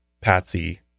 Patsy